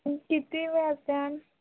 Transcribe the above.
किती व्याज